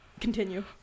Continue